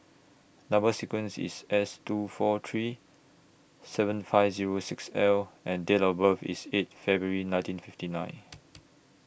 Number sequence IS S two four three seven five Zero six L and Date of birth IS eight February nineteen fifty nine